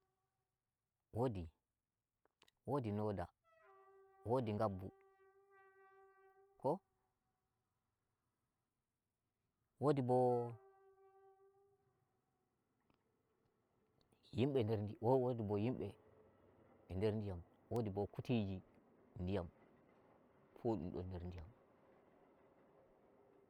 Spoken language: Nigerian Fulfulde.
Wodi wodi noda, wodi ngabbu ko? wodi bo yimbe nder ndi wo- wodi bo yimbe e nder ndiyam, wodi bo kutiji ndiyam, fu dun don nder ndiyam.